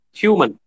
human